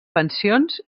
pensions